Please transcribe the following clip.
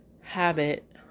habit